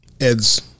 Ed's